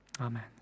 Amen